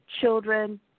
children